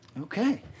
Okay